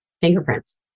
fingerprints